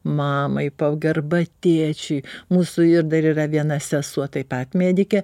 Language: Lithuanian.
mamai pagarba tėčiui mūsų ir dar yra viena sesuo taip pat medikė